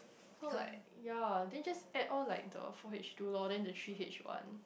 so like ya then just add all like the four H-two lor then the three H-one